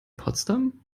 potsdam